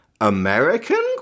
American